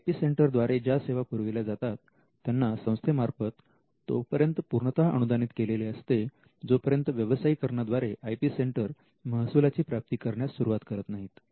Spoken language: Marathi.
आय पी सेंटर द्वारे ज्या सेवा पुरविल्या जातात त्यांना संस्थेमार्फत तोपर्यंत पूर्णतः अनुदानित केलेले असते जोपर्यंत व्यवसायीकरणा द्वारे आय पी सेंटर महसुलाची प्राप्ती करण्यास सुरुवात करत नाहीत